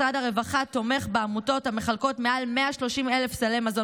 משרד הרווחה תומך בעמותות המחלקות מעל 130,000 סלי מזון